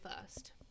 first